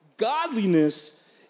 Godliness